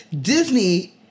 Disney